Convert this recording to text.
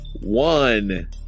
one